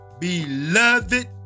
beloved